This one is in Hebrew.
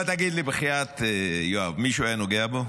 עכשיו תגיד לי, בחייאת יואב, מישהו היה נוגע בו?